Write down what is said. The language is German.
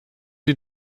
sie